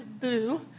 boo